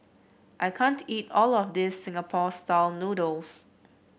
I can't eat all of this Singapore style noodles